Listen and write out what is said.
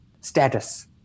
status